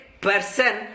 person